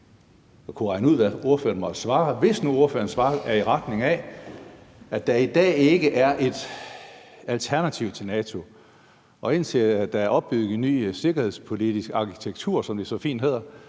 at kunne regne ud, hvad ordføreren måtte svare, vil jeg sige, at hvis nu ordførerens svar er i retning af, at der i dag ikke er et alternativ til NATO, og at man, indtil der er opbygget en ny sikkerhedspolitisk arkitektur, som det så fint hedder,